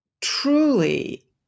truly